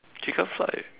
she can't fly